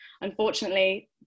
unfortunately